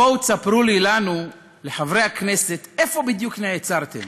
בואו תספרו לנו, לחברי הכנסת, איפה בדיוק נעצרתם.